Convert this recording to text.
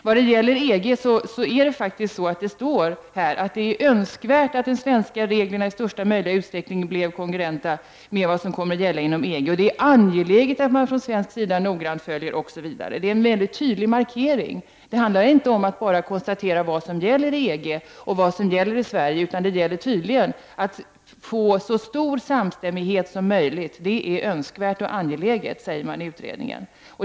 När det gäller frågan om EG står det skrivet att det är önskvärt att de svenska reglerna i största möjliga utsträckning blir kongruenta med vad som kommer att gälla inom EG och att det är angeläget att man från svensk sida noga följer detta osv. Det är en mycket tydlig markering. Det handlar inte bara om att konstatera vad som gäller i EG och vad som gäller i Sverige utan det gäller tydligen att få så stor samstämmighet som möjligt. Det är önskvärt och angeläget, säger man i utredningen.